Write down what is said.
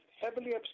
heavily